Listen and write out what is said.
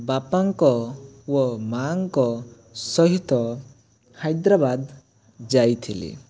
ବାପାଙ୍କ ୱ ମାଁଙ୍କ ସହିତ ହାଇଦ୍ରାବାଦ ଯାଇଥିଲି